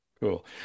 cool